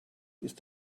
ist